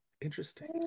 Interesting